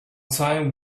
time